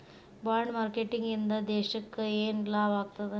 Bond marketing ಇಂದಾ ದೇಶಕ್ಕ ಯೆನ್ ಲಾಭಾಗ್ತದ?